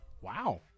Wow